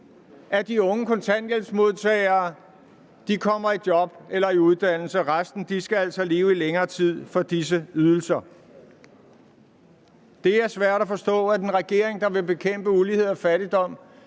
af de unge kontanthjælpsmodtagere kommer i job eller i uddannelse. Resten skal altså leve i længere tid for disse ydelser. Det er svært at forstå, at en regering, der vil bekæmpe ulighed og fattigdom,